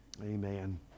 Amen